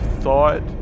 thought